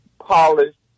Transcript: polished